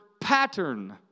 pattern